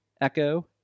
Echo